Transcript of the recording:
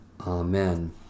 Amen